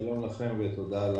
שלום לכם, ותודה על